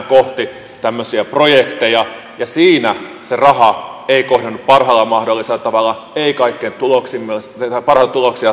mennään kohti tämmöisiä projekteja ja siinä se raha ei kohdennu parhaalla mahdollisella tavalla ei kaikkein parhaita tuloksia saavuttavalla tavalla